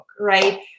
right